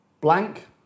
blank